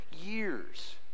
years